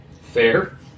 Fair